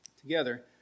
together